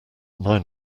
nine